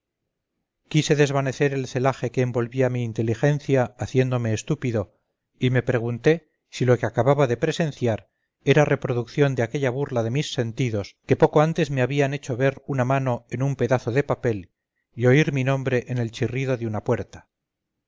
quise desvanecer el celaje que envolvía mi inteligencia haciéndome estúpido y me pregunté si lo que acababa de presenciar era reproducción de aquella burla demis sentidos que poco antes me había hecho ver una mano en un pedazo de papel y oír mi nombre en el chirrido de una puerta